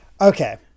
Okay